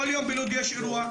כל יום בלוד יש אירוע.